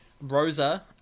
Rosa